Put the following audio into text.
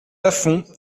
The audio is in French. lafond